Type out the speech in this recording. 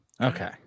Okay